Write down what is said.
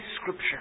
Scripture